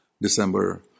December